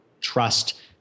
trust